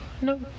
No